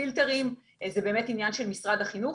הפילטרים: זה באמת עניין של משרד החינוך.